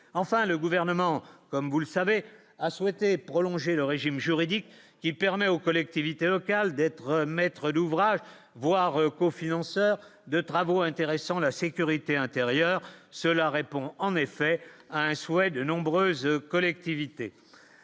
enfin, le gouvernement, comme vous le savez, a souhaité prolonger le régime juridique qui permet aux collectivités locales d'être maître d'ouvrage, voire cofinanceurs de travaux intéressant la sécurité intérieure cela répond en effet à un souhait de nombreuses collectivités